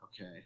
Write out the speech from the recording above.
okay